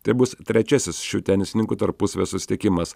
tai bus trečiasis šių tenisininkų tarpusavio susitikimas